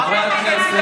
חברי הכנסת,